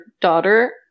daughter